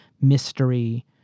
mystery